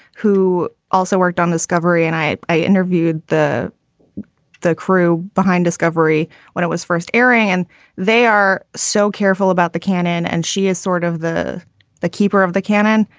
who also worked on discovery and i i interviewed the the crew behind discovery when it was first area. and they are so careful about the canon. and she is sort of the the keeper of the canon.